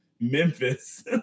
Memphis